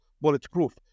bulletproof